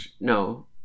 no